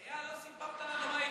איל, לא סיפרת לנו מה יקרה,